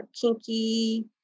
kinky